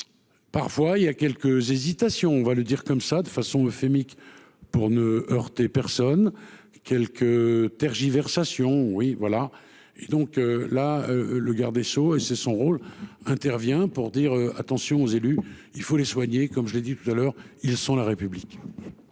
parfois il y a quelques hésitations, on va le dire comme ça de façon leucémique pour ne heurter personne quelques tergiversations oui voilà et donc là, le garde des Sceaux et c'est son rôle, intervient pour dire : attention aux élus, il faut les soigner comme je l'ai dit tout à l'heure, ils sont la République.